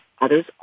Others